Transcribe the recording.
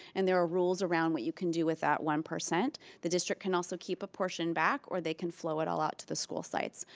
and there are rules around what you can do with that one. the district can also keep a portion back or they can flow it all out to the school sites.